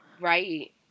Right